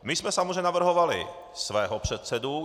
My jsme samozřejmě navrhovali svého předsedu.